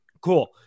Cool